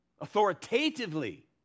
authoritatively